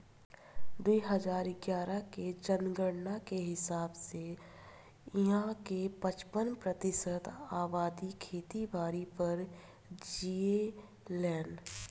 दू हजार इग्यारह के जनगणना के हिसाब से इहां के पचपन प्रतिशत अबादी खेती बारी पर जीऐलेन